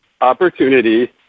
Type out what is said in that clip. opportunity